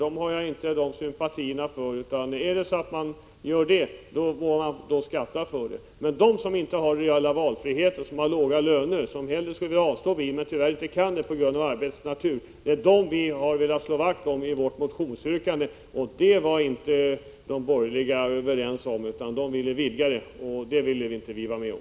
Dessa människor skall också skatta för förmånen. Men det är de människor som har låga löner och inte har någon reell valfrihet och inte kan avstå från tjänstebil på grund av arbetets natur som vi har velat slå vakt om i vårt motionsyrkande. Detta yrkande kunde inte de borgerliga komma överens om, utan de ville vidga detta till att gälla även andra. Det ville inte vi vara med om.